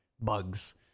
bugs